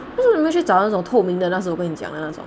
为什么你没有去找那种透明的那时候我跟你讲的那种